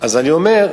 אז אני אומר: